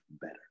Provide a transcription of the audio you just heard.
better